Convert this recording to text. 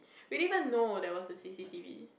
we didn't even know there was a C_C_T_V